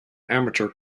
amateur